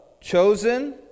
Chosen